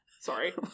Sorry